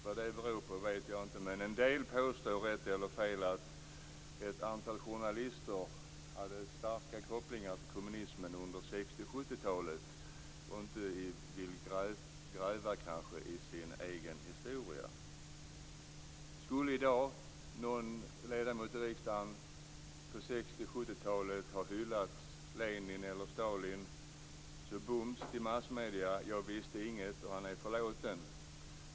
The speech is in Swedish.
Vad det beror på vet jag inte, men en del påstår, rätt eller fel, att ett antal journalister hade starka kopplingar till kommunismen under 60 och 70-talen och kanske inte vill gräva i sin egen historia. Skulle någon ledamot i riksdagen på 60 och 70-talen ha hyllat Lenin eller Stalin, så skulle man bums ha vänt sig till massmedierna, som skulle sagt att de inte visste något och att han var förlåten.